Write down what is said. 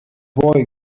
boy